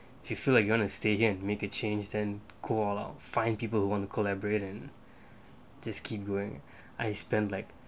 you feel like you wanna stay here and make it change then go all out find people want to collaborate and just keep going I spend like